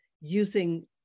using